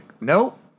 nope